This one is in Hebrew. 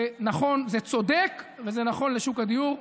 זה נכון, זה צודק וזה נכון לשוק הדיור.